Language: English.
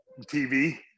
TV